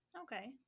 Okay